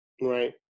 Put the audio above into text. right